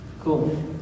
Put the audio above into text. Cool